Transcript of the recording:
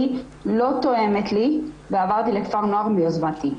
לא תואמת לי ועברתי לכפר נוער מיוזמתי.